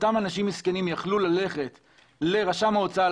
תנמק את החלטתה במסמכי המכרז,